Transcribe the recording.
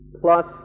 plus